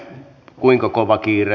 kuinka kova kiire